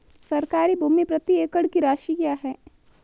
सरकारी भूमि प्रति एकड़ की राशि क्या है?